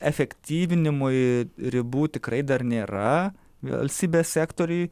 efektyvinimui ribų tikrai dar nėra velsybės sektoriuj